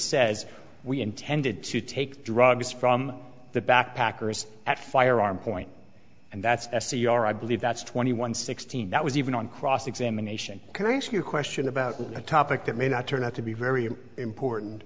says we intended to take drugs from the backpackers at firearm point and that's s t r i believe that's twenty one sixteen that was even on cross examination can i ask you a question about a topic that may not turn out to be very important